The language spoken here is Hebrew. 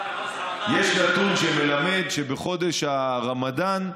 יש נתון שמלמד שבחודש הרמדאן,